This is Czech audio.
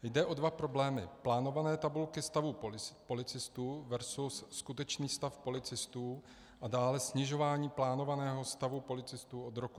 Jde o dva problémy plánované tabulky stavu policistů versus skutečný stav policistů a dále snižování plánovaného stavu policistů od roku 2010.